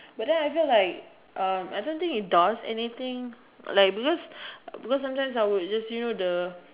but then I feel like um I don't think it does anything like because because sometimes I would just use the